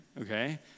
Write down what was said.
Okay